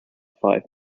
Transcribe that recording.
five